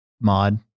mod